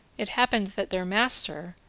it happened that their master,